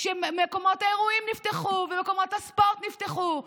כשמקומות האירועים נפתחו ומקומות הספורט נפתחו,